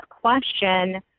question